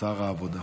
שר העבודה.